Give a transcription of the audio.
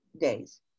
days